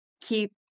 keep